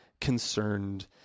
concerned